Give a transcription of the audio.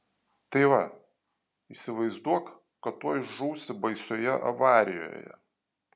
tai va įsivaizduok kad tuoj žūsi baisioje avarijoje